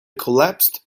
collapsed